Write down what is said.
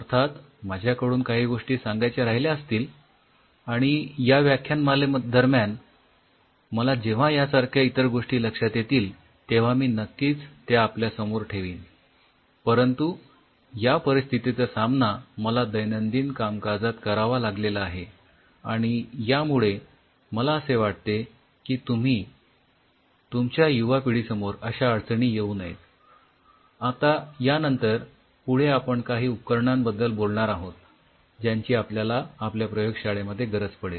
अर्थात माझ्याकडून काही गोष्टी सांगायच्या राहिल्या असतील ज्यांची आपल्याला आपल्या प्रयोगशाळेमध्ये गरज पडेल